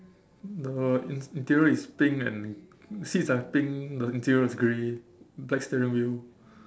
the in~ interior is pink and seats are pink the interior is grey black steering wheel